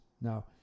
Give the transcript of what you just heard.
Now